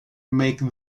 make